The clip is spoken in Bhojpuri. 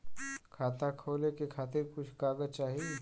खाता खोले के खातिर कुछ कागज चाही?